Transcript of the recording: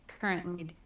currently